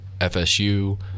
FSU